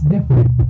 different